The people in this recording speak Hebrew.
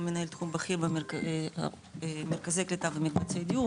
הוא מנהל תחום בכיר במרכזי קליטה ומקבצי דיור,